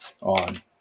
on